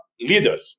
leaders